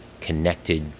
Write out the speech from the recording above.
connected